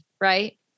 right